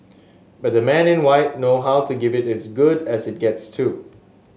but the men in white know how to give it is good as it gets too